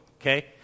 okay